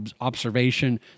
observation